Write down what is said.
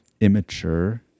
immature